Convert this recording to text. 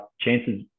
chances